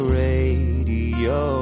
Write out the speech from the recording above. radio